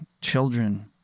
children